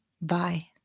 Bye